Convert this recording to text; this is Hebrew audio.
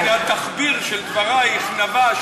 תמר, מן התחביר של דברייך נבע שהמנכ"ל קיבל.